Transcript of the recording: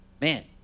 man